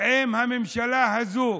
עם הממשלה הזאת.